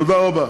תודה רבה.